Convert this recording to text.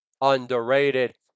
underrated